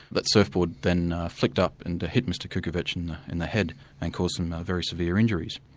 but surfboard then flicked up and hit mr kukovec in the head and caused some very severe injuries.